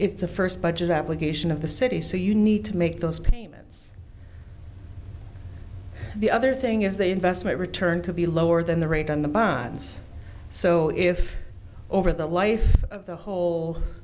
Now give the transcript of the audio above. it's a first budget application of the city so you need to make those payments the other thing is the investment return could be lower than the rate on the bonds so if over the life of the whole